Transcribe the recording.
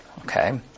Okay